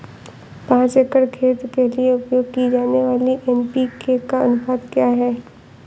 पाँच एकड़ खेत के लिए उपयोग की जाने वाली एन.पी.के का अनुपात क्या है?